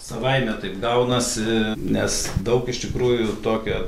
savaime taip gaunasi nes daug iš tikrųjų tokio